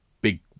big